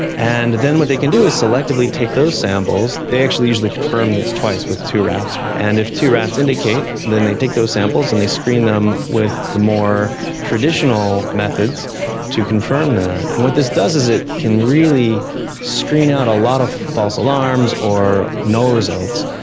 and then what they can do is selectively take those those samples. they actually usually confirm this twice with two rats, and if two rats indicate then they take those samples and they screen them with the more traditional methods to confirm that. and what this does is it can really screen out a lot of false alarms or null results,